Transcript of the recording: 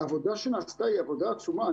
העבודה שנעשתה היא עבודה עצומה.